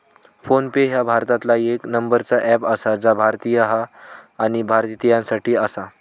phone पे ह्या भारतातला येक नंबरचा अँप आसा जा भारतीय हा आणि भारतीयांसाठी आसा